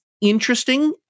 interesting